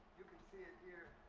you can see it here.